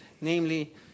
namely